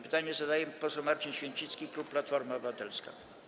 Pytanie zadaje poseł Marcin Święcicki, klub Platforma Obywatelska.